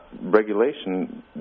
regulation